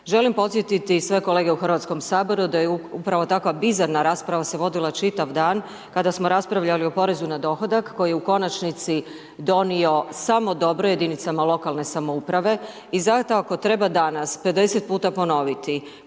Želim podsjetiti sve kolege u Hrvatskom saboru da je upravo takva bizarna rasprava se vodila čitav dan kada smo raspravljali o porezu na dohodak koji u konačnici donio samo dobro jedinicama lokalne samouprave i zato ako treba danas 50 puta ponoviti